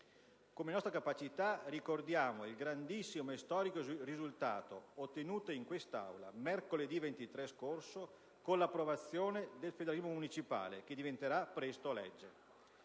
della nostra capacità ricordiamo il grandissimo e storico risultato ottenuto in quest'Aula, mercoledì 23 scorso, con l'approvazione del federalismo municipale, che diventerà presto legge;